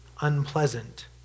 unpleasant